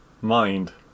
mind